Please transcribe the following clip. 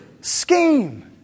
Scheme